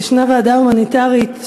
השר גדעון סער.